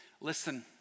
Listen